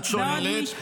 לא הבנתי.